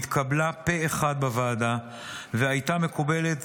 התקבלה פה אחד בוועדה והייתה מקובלת